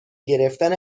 گرفتن